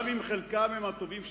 גם אם חלקם הם הטובים שבידידינו.